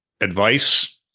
advice